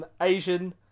Asian